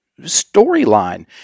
storyline